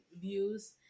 views